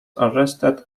arrested